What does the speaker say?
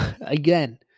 Again